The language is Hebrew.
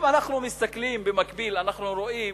אם אנחנו מסתכלים במקביל, אנחנו רואים